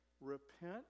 repent